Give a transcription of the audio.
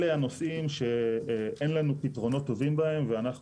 אלה הנושאים שאין לנו פתרונות טובים בהם ואנחנו